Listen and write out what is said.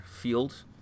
Field